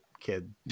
Kid